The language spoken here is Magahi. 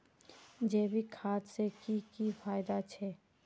जैविक खाद से की की फायदा छे?